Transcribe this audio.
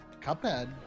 Cuphead